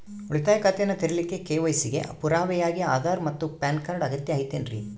ಉಳಿತಾಯ ಖಾತೆಯನ್ನ ತೆರಿಲಿಕ್ಕೆ ಕೆ.ವೈ.ಸಿ ಗೆ ಪುರಾವೆಯಾಗಿ ಆಧಾರ್ ಮತ್ತು ಪ್ಯಾನ್ ಕಾರ್ಡ್ ಅಗತ್ಯ ಐತೇನ್ರಿ?